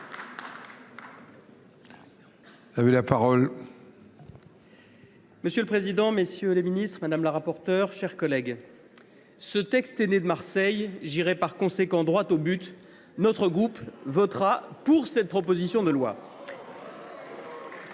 Monsieur le président, messieurs les ministres d’État, mes chers collègues, ce texte est né de Marseille, j’irai par conséquent « droit au but »: notre groupe votera pour cette proposition de loi.